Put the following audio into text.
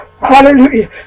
hallelujah